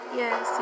yes